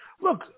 look